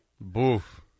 Boof